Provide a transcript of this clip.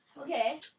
Okay